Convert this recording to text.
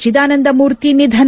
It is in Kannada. ಚಿದಾನಂದ ಮೂರ್ತಿ ನಿಧನ